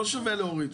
לא שווה להוריד.